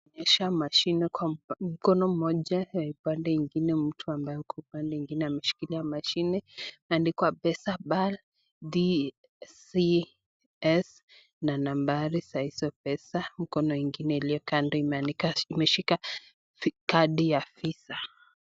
Inaonyesha mashine. Mkono mmoja na upande ingine mtu ambaye ako upande ingine ameshikilia mashine, ameandikwa pesapal DCS na nambari za hizo pesa. Mkono ingine iliyo kando imeandikwa, imeshika kadi ya Visa .